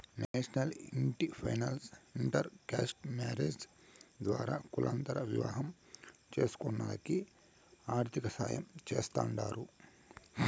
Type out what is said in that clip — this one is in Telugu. నేషనల్ ఇంటి ఫైనాన్స్ ఇంటర్ కాస్ట్ మారేజ్స్ ద్వారా కులాంతర వివాహం చేస్కునోల్లకి ఆర్థికసాయం చేస్తాండారు